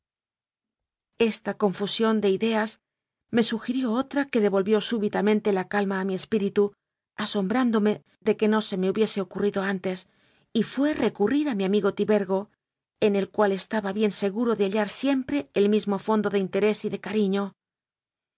esta confusión de ideas me sugirió otra que de volvió súbitamente la calma a mi espíritu asom brándome de que no se me hubiese ocurrido antes y fué recurrir a mi amigo tibergo en el cual es taba bien seguro de hallar siempre el mismo fon do de interés y de cariño